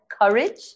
courage